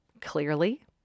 clearly